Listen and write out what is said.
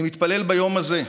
אני מתפלל ביום הזה: